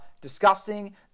disgusting